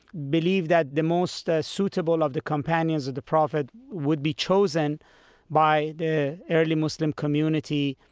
believed that the most ah suitable of the companions of the prophet would be chosen by the early muslim community,